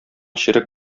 черек